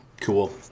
Cool